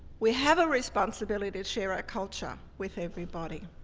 we have a responsibility to share our culture with everybody,